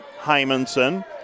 Hymanson